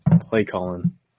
play-calling